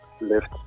left